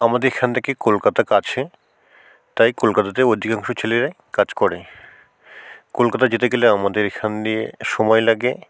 আমাদের এখান থেকে কলকাতা কাছে তাই কলকাতাতে অধিকাংশ ছেলেরাই কাজ করে কলকাতা যেতে গেলে আমাদের এখান দিয়ে সময় লাগে